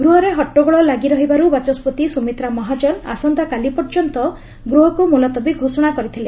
ଗୃହରେ ହଟ୍ଟଗୋଳ ଲାଗି ରହିବାରୁ ବାଚସ୍କତି ସୁମିତ୍ରା ମହାଜନ ଆସନ୍ତାକାଲି ପର୍ଯ୍ୟନ୍ତ ଗୃହକୁ ମୁଲତବୀ ଘୋଷଣା କରିଥିଲେ